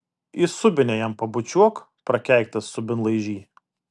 į subinę jam pabučiuok prakeiktas subinlaižy